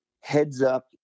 heads-up